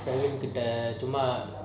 பையன் கிட்ட சும்மா:paiyan kita summa